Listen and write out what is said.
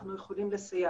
אנחנו יכולים לסייע,